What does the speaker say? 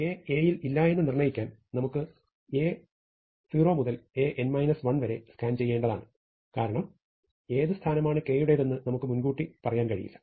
K Aയിൽ ഇല്ലായെന്ന് നിർണ്ണയിക്കാൻ നമുക്ക് A0 മുതൽ An 1 വരെ സ്കാൻ ചെയ്യേണ്ടതാണ് കാരണം ഏത് സ്ഥാനമാണ് K യുടേതെന്ന് നമുക്ക് മുൻകൂട്ടി പറയാൻ കഴിയില്ല